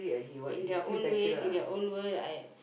in their own ways in their own world I